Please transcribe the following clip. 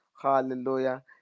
hallelujah